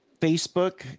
Facebook